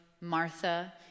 Martha